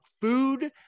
food